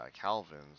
Calvins